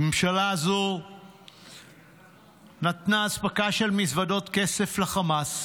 הממשלה הזו נתנה אספקה של מזוודות כסף לחמאס,